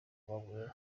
bamwe